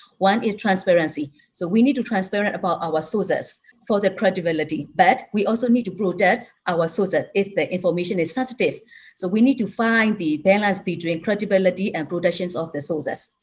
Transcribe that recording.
one is transparency. so, we need to transparent about our sources for the credibility, but we also need to protect our sources if if the information is sensitive. so we need to find the balance between credibility and protections of the sources.